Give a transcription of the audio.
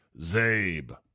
Zabe